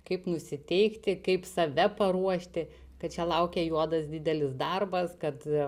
kaip nusiteikti kaip save paruošti kad čia laukia juodas didelis darbas kad